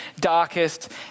darkest